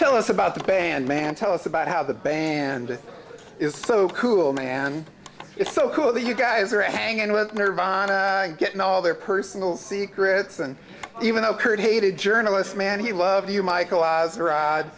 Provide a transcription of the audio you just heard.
tell us about the band man tell us about how the band is so cool man it's so cool that you guys are hanging with nirvana and getting all their personal secrets and even ocurred hated journalists man he love you michael